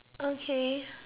okay